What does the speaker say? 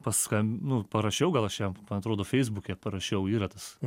paskam nu parašiau gal aš jam man atrodo feisbuke parašiau yra tas